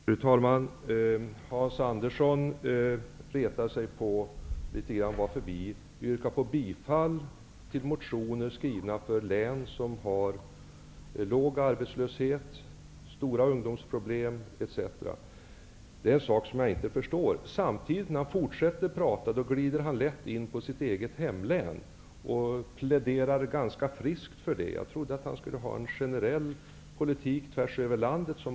Fru talman! Hans Andersson retar sig på att vi yrkar bifall till motioner skrivna om län som har hög arbetslöshet, stora ungdomsproblem etc. Det är en sak som jag inte förstår. När han fortsätter att prata glider han samtidigt lätt in på sitt eget hemlän och pläderar ganska friskt för det. Jag trodde att han skulle förespråka en generell politik tvärs över landet.